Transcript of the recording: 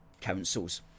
councils